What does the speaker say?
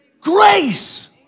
Grace